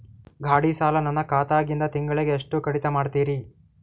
ಗಾಢಿ ಸಾಲ ನನ್ನ ಖಾತಾದಾಗಿಂದ ತಿಂಗಳಿಗೆ ಎಷ್ಟು ಕಡಿತ ಮಾಡ್ತಿರಿ?